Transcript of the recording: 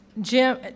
Jim